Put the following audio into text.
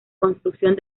construcción